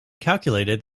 calculated